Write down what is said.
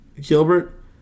Gilbert